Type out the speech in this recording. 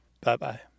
Bye-bye